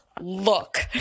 Look